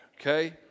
okay